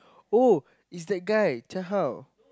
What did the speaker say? oh is that guy Jia Hao